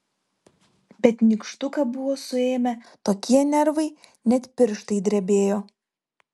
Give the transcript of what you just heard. bet nykštuką buvo suėmę tokie nervai net pirštai drebėjo